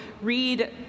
read